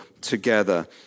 together